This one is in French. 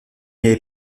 avait